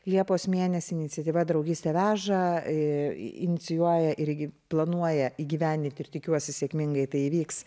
liepos mėnesį iniciatyva draugystė veža inicijuoja irgi planuoja įgyvendinti ir tikiuosi sėkmingai tai įvyks